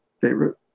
favorite